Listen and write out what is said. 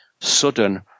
sudden